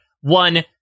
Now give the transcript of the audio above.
one